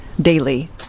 daily